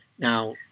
Now